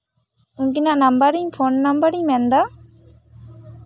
ᱩᱝᱠᱤᱱᱟᱜ ᱱᱟᱢᱵᱟᱨᱤᱧ ᱯᱷᱳᱱ ᱱᱟᱢᱵᱟᱨᱤᱧ ᱢᱮᱱᱫᱟ